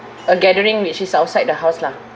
a gathering which is outside the house lah